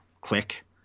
Click